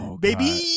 baby